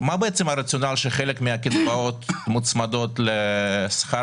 מה בעצם הרציונל שחלק מהקצבאות מוצמדות לשכר